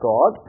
God